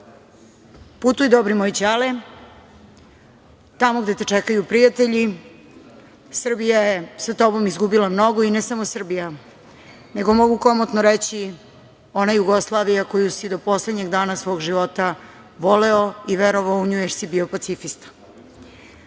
dobri moj ćale tamo gde te čekaju prijatelji. Srbija je sa tobom izgubila mnogo i ne samo Srbija, nego mogu komotno reći ona Jugoslavija koju si do poslednjeg dana svog života voleo i verovao u nju jer si bio pacifista. Na